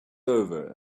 over